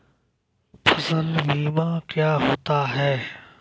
फसल बीमा क्या होता है?